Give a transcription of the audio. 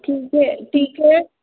ठीक है ठीक है